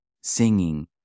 singing